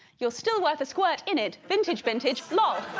you're still worth a squirt innit vintage bintage lol